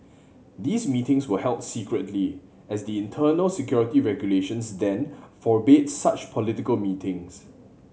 these meetings were held secretly as the internal security regulations then forbade such political meetings